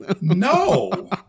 No